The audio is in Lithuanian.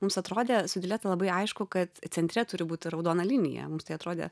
mums atrodė su dileta labai aišku kad centre turi būti raudona linija mums tai atrodė